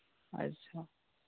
ᱟᱪᱪᱷᱟ